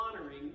honoring